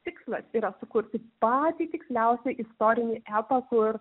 tikslas yra sukurti patį tiksliausią istorinį epą kur